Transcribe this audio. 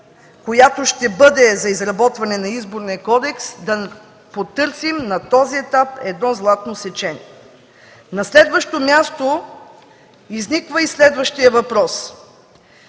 която ще бъде за изработване на Изборния кодекс, да потърси на този етап едно златно сечение. На следващо място изниква и следващият въпрос: